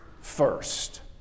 first